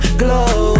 glow